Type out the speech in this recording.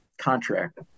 contract